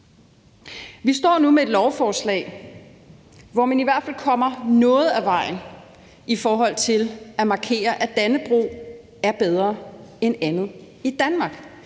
Vi står nu med et lovforslag, hvor man i hvert fald kommer noget ad vejen i forhold til at markere, at Dannebrog er bedre end andet i Danmark.